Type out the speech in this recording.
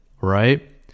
right